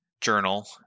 journal